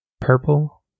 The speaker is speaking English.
Purple